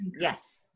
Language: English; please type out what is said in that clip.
yes